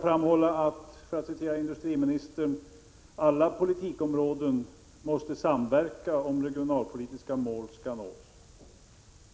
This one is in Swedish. För att citera industriministern måste alla politikområden samverka, om regionalpolitiska mål skall uppnås.